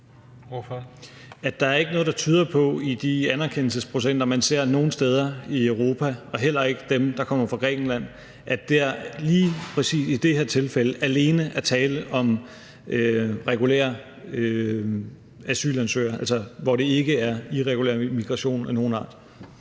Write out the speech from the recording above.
Der er ikke noget, der tyder på – i de anerkendelsesprocenter, man ser nogle steder i Europa, og heller ikke i dem, der kommer fra Grækenland – at der lige præcis i det her tilfælde alene er tale om regulære asylansøgere, altså hvor det ikke er irregulær immigration af nogen art.